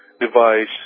device